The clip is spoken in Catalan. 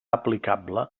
aplicable